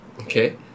Okay